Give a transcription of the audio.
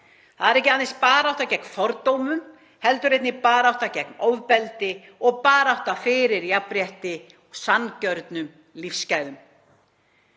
Það er ekki aðeins barátta gegn fordómum heldur einnig barátta gegn ofbeldi og barátta fyrir jafnrétti og sanngjörnum lífsgæðum.